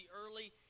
early